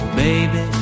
baby